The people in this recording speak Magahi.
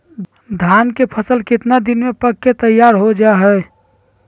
धान के फसल कितना दिन में पक के तैयार हो जा हाय?